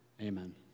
Amen